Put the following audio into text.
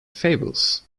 fables